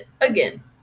again